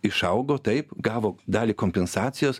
išaugo taip gavo dalį kompensacijos